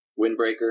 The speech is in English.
windbreaker